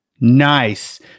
Nice